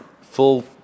full